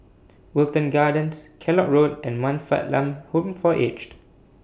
Wilton Gardens Kellock Road and Man Fatt Lam Home For Aged